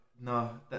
no